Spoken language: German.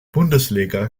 bundesliga